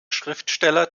schriftsteller